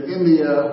India